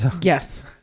Yes